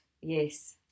yes